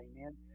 Amen